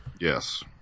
Yes